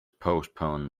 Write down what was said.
postpone